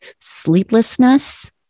sleeplessness